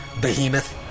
behemoth